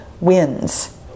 wins